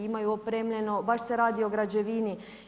Imaju opremljeno, baš se radi o građevini.